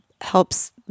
helps